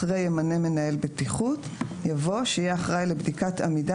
אחרי "ימנה מנהל בטיחות" יבוא "שיהיה אחראי לבדיקת עמידה